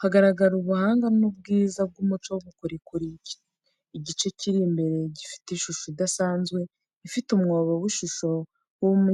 Hagaragara ubuhanga n’ubwiza bw’umuco w’ubukorikori. Igice kiri imbere gifite ishusho idasanzwe, ifite umwobo w’ishusho